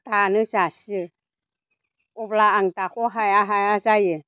दानो जासियो अब्ला आं दाख' हाया हाया जायो